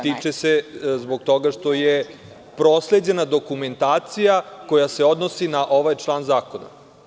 Tiče se zbog toga što je prosleđena dokumentacija koja se odnosi na ovaj član zakona.